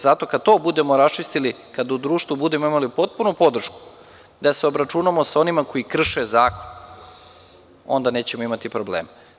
Zato, kada to budemo raščistili, kada u društvu budemo imali potpuno podršku da se obračunamo sa onima koji krše zakon, onda nećemo imati problema.